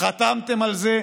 חתמתם על זה,